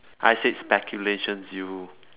I said speculations you